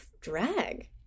drag